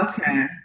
okay